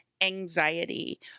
anxiety